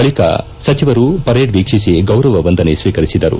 ಬಳಿಕ ಸಚಿವರು ಪೆರೇಡ್ ವೀಕ್ಷಿಸಿ ಗೌರವ ವಂದನೆ ಸ್ವೀಕರಿಸಿದರು